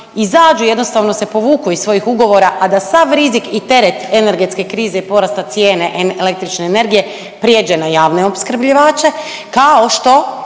izađu, jednostavno se povuku iz svojih ugovora, a da sav rizik i teret energetske krize i porasta cijene električne energije prijeđe na javne opskrbljivače, kao što